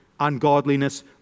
ungodliness